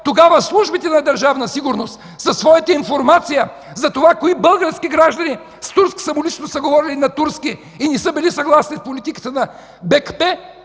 тогава службите на Държавна сигурност със своята информация за това кои български граждани с турска самоличност са говорили на турски и не са били съгласни с политиката на БКП,